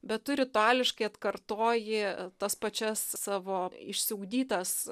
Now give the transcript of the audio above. bet tu rituališkai atkartoji tas pačias savo išsiugdytas